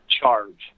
charge